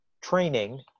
training